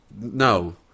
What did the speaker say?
no